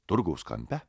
turgaus kampe